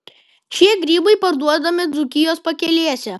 šie grybai parduodami dzūkijos pakelėse